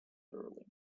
early